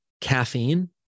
caffeine